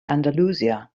andalusia